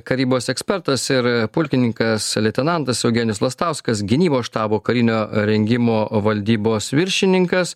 karybos ekspertas ir pulkininkas leitenantas eugenijus lastauskas gynybos štabo karinio rengimo valdybos viršininkas